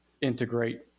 integrate